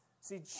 See